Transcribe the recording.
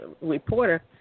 reporter